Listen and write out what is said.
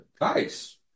Nice